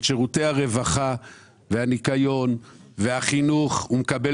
את שירותי הרווחה והניקיון והחינוך הוא מקבל